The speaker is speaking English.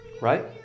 Right